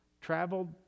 traveled